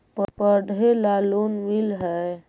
पढ़े ला लोन मिल है?